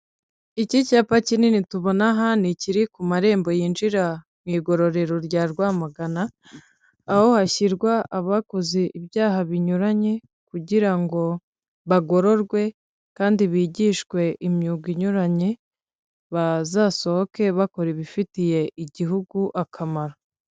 Iki cyapa kinini tubona aha ni ikiri ku marembo yinjira mu igororero rya Rwamagana, aho hashyirwa abakoze ibyaha binyuranye kugirango bagororwe kandi bigishwe imyuga inyuranye, bazasohoke bakora ibifitiye igihugu akamaro.